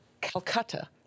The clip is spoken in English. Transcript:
Calcutta